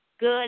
good